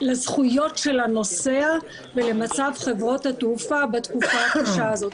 לזכויות של הנוסע ולמצב חברות התעופה בתקופה הקשה הזו.